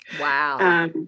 Wow